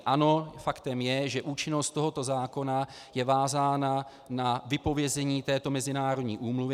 Ano, faktem je, že účinnost tohoto zákona je vázána na vypovězení této mezinárodní úmluvy.